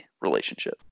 relationship